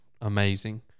amazing